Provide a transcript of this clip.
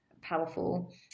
powerful